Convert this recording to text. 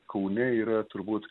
kaune yra turbūt